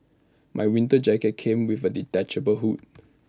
my winter jacket came with A detachable hood